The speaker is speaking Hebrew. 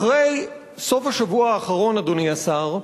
אחרי סוף השבוע האחרון, אדוני השר,